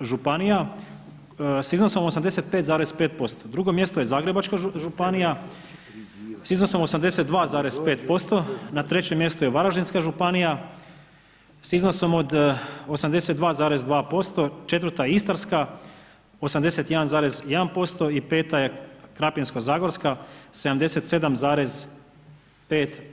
županija sa iznosom 85,5%, drugo mjesto je Zagrebačka županija s iznosom 82,5%, na trećem mjestu je Varaždinska županija s iznosom od 82,2%, četvrta je Istarska 81,1% i peta je Krapinsko zagorska 77,5%